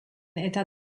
eta